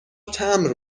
تمبر